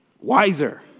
wiser